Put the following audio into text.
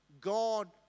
God